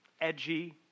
edgy